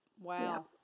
Wow